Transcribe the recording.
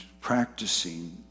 practicing